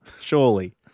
surely